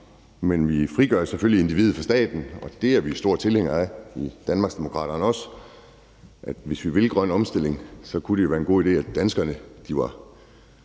men vi frigør selvfølgelig individet fra staten, og det er vi store tilhængere af i Danmarksdemokraterne, også i forhold til, at hvis vi vil grøn omstilling, kunne det være en god idé at det var